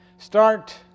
Start